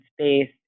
space